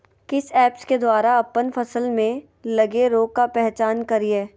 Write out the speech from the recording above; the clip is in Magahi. किस ऐप्स के द्वारा अप्पन फसल में लगे रोग का पहचान करिय?